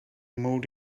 moved